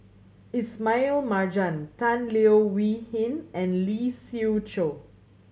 Ismail Marjan Tan Leo Wee Hin and Lee Siew Choh